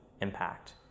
impact